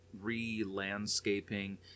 re-landscaping